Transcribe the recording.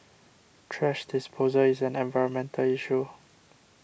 thrash disposal is an environmental issue